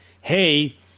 hey